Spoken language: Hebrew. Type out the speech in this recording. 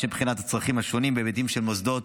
לשם בחינת הצרכים השונים בהיבטים של מוסדות